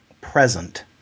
present